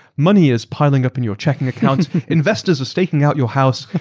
money is piling up in your checking account, investors are staking out your house,